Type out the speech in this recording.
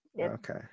Okay